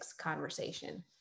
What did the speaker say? conversation